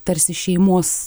tarsi šeimos